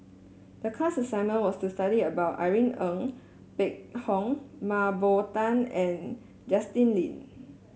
the class assignment was to study about Irene Ng Phek Hoong Mah Bow Tan and Justin Lean